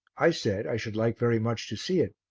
i said i should like very much to see it,